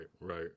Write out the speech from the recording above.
right